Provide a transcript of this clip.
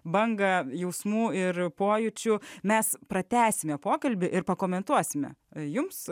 banga jausmų ir pojūčių mes pratęsime pokalbį ir pakomentuosime jums